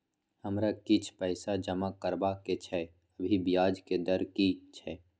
हमरा किछ पैसा जमा करबा के छै, अभी ब्याज के दर की छै?